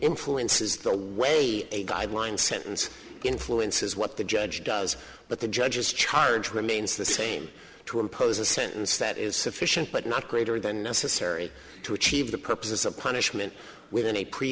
influences the way a guideline sentence influences what the judge does but the judges charge remains the same to impose a sentence that is sufficient but not greater than necessary to achieve the purposes of punishment within a pre